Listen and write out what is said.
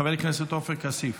חבר הכנסת עופר כסיף.